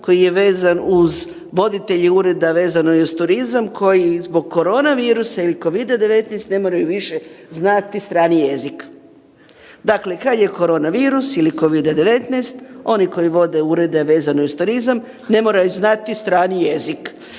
koji je vezan uz voditelje ureda vezano i uz turizam koji zbog korona virusa ili Covida-19 ne moraju više znati strani jezik. Dakle, kad je korona virus ili Covida-10 oni koji vode urede vezano i uz turizam ne moraju znati strani jezik.